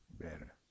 better